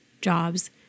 jobs